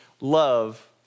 love